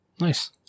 nice